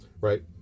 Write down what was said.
right